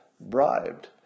bribed